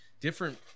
different